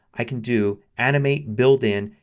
i can do animate, build in,